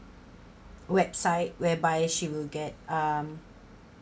website whereby she will get um